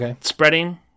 spreading